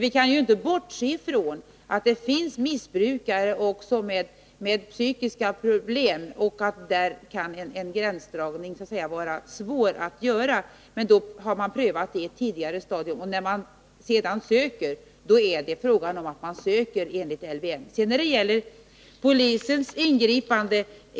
Vi kan inte bortse från att det finns missbrukare som har psykiska problem. Då kan en gränsdragning ibland vara svår att göra, men då har man prövat den i ett tidigare stadium. När man ansöker om vård har man bestämt sig för att åberopa LVM. Sedan till frågan om polisens ingripande.